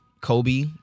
Kobe